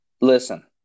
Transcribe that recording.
Listen